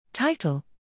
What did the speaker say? title